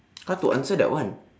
how to answer that one